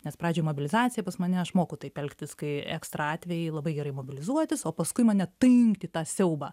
nes pradžioj mobilizacija pas mane aš moku taip elgtis kai ekstra atvejai labai gerai mobilizuotis o paskui mane tynkt į siaubą